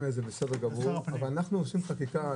האלה זה בסדר גמור אבל אנחנו עושים חקיקה.